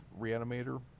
Reanimator